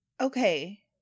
Okay